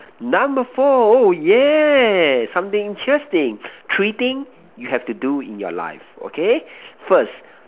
number four oh yeah something interesting three things you have to do in your life okay first